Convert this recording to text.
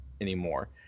anymore